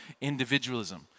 individualism